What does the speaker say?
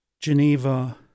Geneva